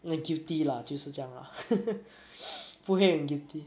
like guilty lah 就是这样 lah 不会很 guilty